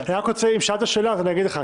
אם שאלת שאלה אז אני אגיד לך.